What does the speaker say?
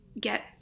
get